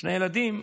שני ילדים,